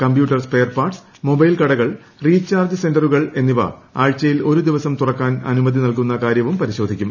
computer spare parts മൊബൈൽകടകൾ recharge സെന്ററുകൾ എന്നിവ ആഴ്ചയിൽ ഒരു ദിവസം തുറക്കാൻ അനുമതി നൽകുന്ന കാര്യവും പരിശോധിക്കും